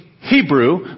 Hebrew